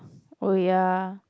oh ya